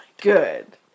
Good